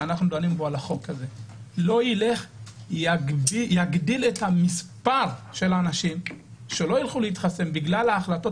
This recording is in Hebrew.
לא יגדיל את מספר האנשים שלא ילכו להתחסן בגלל ההחלטות